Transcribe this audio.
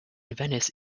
venice